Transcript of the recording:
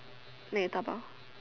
make and dabao